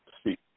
speak